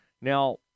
Now